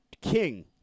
king